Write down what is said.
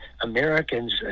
americans